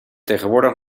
tegenwoordig